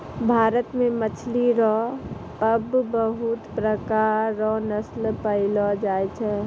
भारत मे मछली रो पबहुत प्रकार रो नस्ल पैयलो जाय छै